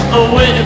away